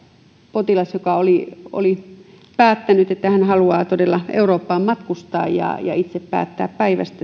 potilas oli oli päättänyt että hän haluaa todella eurooppaan matkustaa ja itse päättää